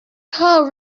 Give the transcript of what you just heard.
carl